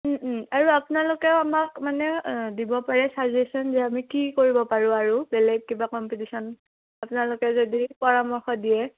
আৰু আপোনালোকেও আমাক মানে দিব পাৰে চাজেছন যে আমি কি কৰিব পাৰোঁ আৰু বেলেগ কিবা কম্পিটিশ্যন আপোনালোকে যদি পৰামৰ্শ দিয়ে